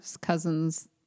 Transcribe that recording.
Cousins